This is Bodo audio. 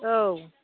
औ